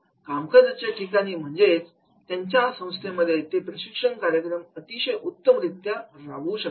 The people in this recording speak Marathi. कामकाजाच्या ठिकाणी म्हणजे त्यांच्या संस्थेमध्ये ते प्रशिक्षण कार्यक्रम अतिशय उत्तम रित्या राबवू शकतील